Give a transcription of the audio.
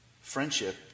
friendship